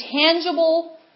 tangible